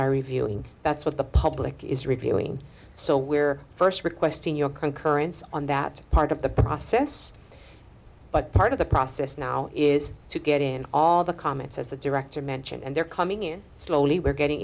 are reviewing that's what the public is reviewing so we're first requesting your concurrence on that part of the process but part of the process now is to get in all the comments as the director mentioned and they're coming in slowly we're getting